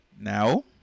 now